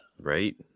Right